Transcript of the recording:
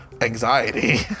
anxiety